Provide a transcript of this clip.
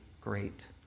great